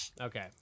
Okay